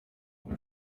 ubu